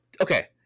Okay